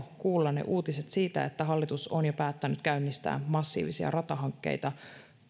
kuulla ne uutiset että hallitus on jo päättänyt käynnistää massiivisia ratahankkeita